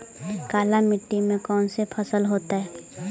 काला मिट्टी में कौन से फसल होतै?